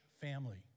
family